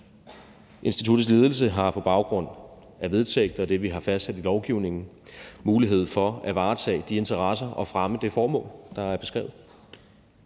Instituttets ledelse har på baggrund af vedtægter og det, vi har fastsat i lovgivningen, mulighed for at varetage de interesser og fremme det formål, der er beskrevet.